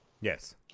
Yes